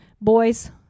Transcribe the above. boys